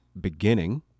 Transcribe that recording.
beginning